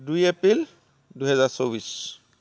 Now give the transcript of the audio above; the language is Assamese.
দুই এপিল দুহেজাৰ চৌব্বিছ